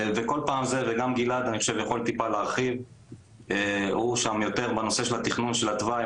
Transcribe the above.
בנושא של התכנון של התוואי,